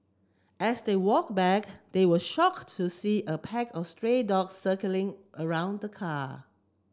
as they walk back they were shocked to see a pack of stray dogs circling around the car